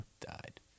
Died